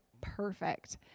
perfect